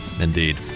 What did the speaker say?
indeed